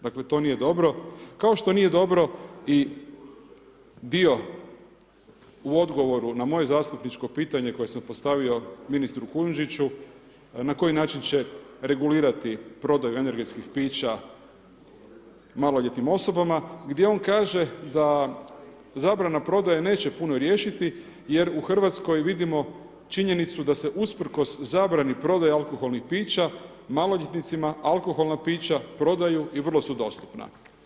Dakle to nije dobro, kao što nije dobro i dio u odgovoru na moje zastupničko pitanje koje sam postavio ministru Kujundžiću na koji način će regulirati prodaju energetskih pića maloljetnim osobama, gdje on kaže da zabrana prodaje neće puno riješiti jer u Hrvatskoj vidimo činjenicu da se usprkos zabrani prodaje alkoholnih pića maloljetnicima alkoholna pića prodaju i vrlo su dostupna.